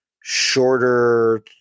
shorter